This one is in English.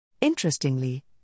Interestingly